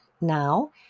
now